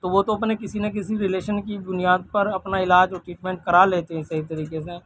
تو وہ تو اپنے کسی نہ کسی رلیشن کی بنیاد پر اپنا علاج اور ٹریٹمینٹ کرا لیتے ہیں صحیح طریقے سے